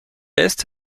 est